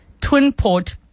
Twinport